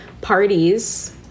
parties